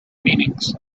meanings